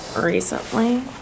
recently